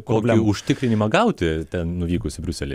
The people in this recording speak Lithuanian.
kokį užtikrinimą gauti ten nuvykus į briuselį